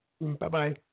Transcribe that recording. Bye-bye